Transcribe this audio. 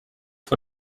vor